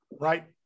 Right